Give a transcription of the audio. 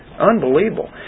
Unbelievable